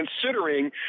considering